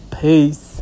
peace